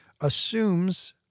assumes—